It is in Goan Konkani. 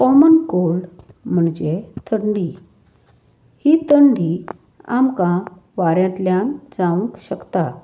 कॉमन कोल्ड म्हणजे थंडी ही थंडी आमकां वाऱ्यांतल्यान जावंक शकता